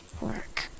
work